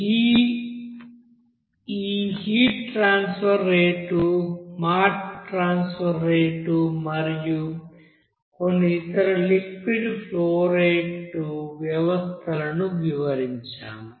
ఈ heat transfer rate mass transfer rate మరియు కొన్ని ఇతర లిక్విడ్ ఫ్లో రేటు వ్యవస్థలను వివరించాము